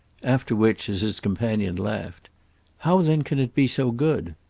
after which, as his companion laughed how then can it be so good?